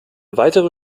weitere